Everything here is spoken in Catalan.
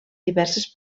diverses